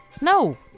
No